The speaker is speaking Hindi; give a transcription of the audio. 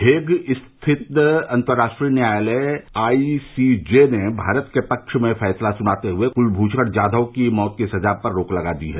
हेग स्थित अंतर्राष्ट्रीय न्यायालय आई सी जे ने भारत के पक्ष में फैसला सुनाते हुए कुलभूषण जाधव की मौत की सजा पर रोक लगा दी है